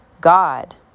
God